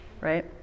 right